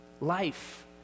Life